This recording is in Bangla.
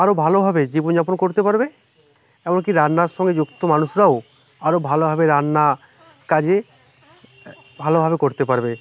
আরো ভালোভাবে জীবনযাপন করতে পারবে এমনকি রান্নার সঙ্গে যুক্ত মানুষরাও আরো ভালোভাবে রান্না কাজে ভালোভাবে করতে পারবে